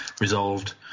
resolved